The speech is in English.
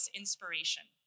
inspiration